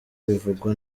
bivugwa